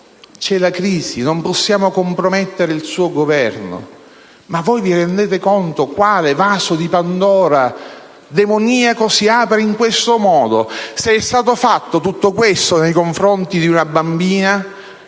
c'è la crisi e che non possiamo compromettere il suo Governo. Ma voi vi rendete conto quale vaso di Pandora demoniaco si apre in questo modo? Se è stato fatto tutto questo nei confronti di una bambina